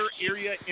area